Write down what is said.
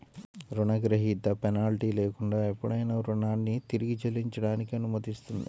రుణగ్రహీత పెనాల్టీ లేకుండా ఎప్పుడైనా రుణాన్ని తిరిగి చెల్లించడానికి అనుమతిస్తుంది